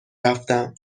رفتم